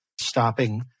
stopping